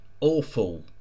awful